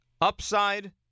Upside